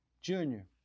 Junior